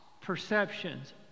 perceptions